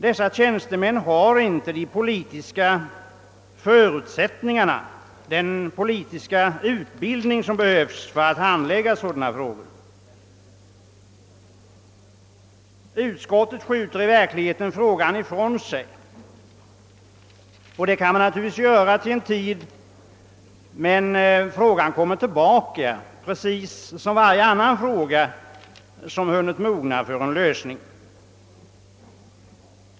Dessa tjänstemän har inte de politiska förutsättningar eller den politiska utbildning som behövs för att handlägga sådana frågor. Utskottet skjuter verkligen frågan ifrån sig, och det kan man naturligtvis göra till en tid. Den kommer emellertid tillbaka precis som varje annan fråga som hunnit mogna för en lösning.